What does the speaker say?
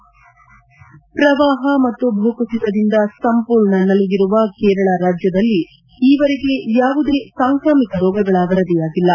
head ಪ್ರವಾಹ ಮತ್ತು ಭೂ ಕುಸಿತದಿಂದ ಸಂಪೂರ್ಣ ನಲುಗಿರುವ ಕೇರಳ ರಾಜ್ಲದಲ್ಲಿ ಈವರೆಗೆ ಯಾವುದೇ ಸಾಂಕ್ರಾಮಿಕ ರೋಗಗಳ ವರದಿಯಾಗಿಲ್ಲ